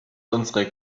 unsere